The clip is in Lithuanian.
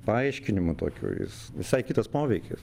paaiškinimu tokiu jis visai kitas poveikis